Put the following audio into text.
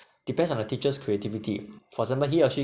depends on the teacher's creativity for example he or she